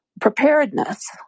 preparedness